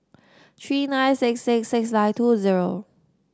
three nine six six six nine two zero